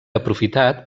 aprofitat